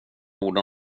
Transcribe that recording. ord